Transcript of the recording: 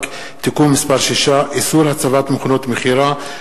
(תיקון מס' 6) (איסור הצבת מכונות מכירה),